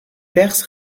perses